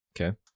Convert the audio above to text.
Okay